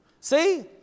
See